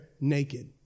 naked